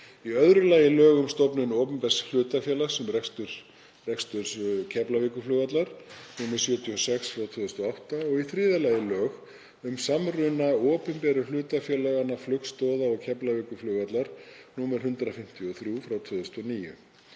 Í öðru lagi lög um stofnun opinbers hlutafélags um rekstur Keflavíkurflugvallar, nr. 76/2008. Í þriðja lagi lög um samruna opinberu hlutafélaganna Flugstoða og Keflavíkurflugvallar, nr. 153/2009.